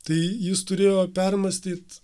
tai jis turėjo permąstyt